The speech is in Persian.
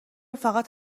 فقط